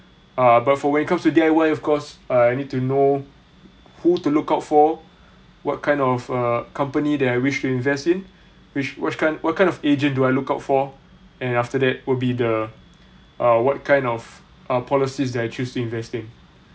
uh but for when it comes to D_I_Y of course uh I need to know who to look out for what kind of a company that I wish to invest in which what kind what kind of agent do I look out for and after that will be the uh what kind of uh policies that I choose to invest in